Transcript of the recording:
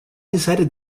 decided